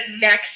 next